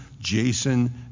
Jason